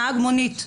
נהג מונית.